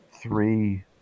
three